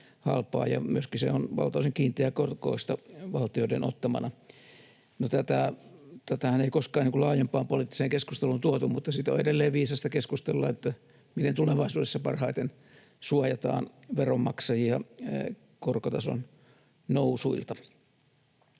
halpaa, ja se on valtaosin kiinteäkorkoista valtioiden ottamana. No, tätähän ei koskaan laajempaan poliittiseen keskusteluun tuotu, mutta siitä on edelleen viisasta keskustella, miten tulevaisuudessa parhaiten suojataan veronmaksajia korkotason nousuilta.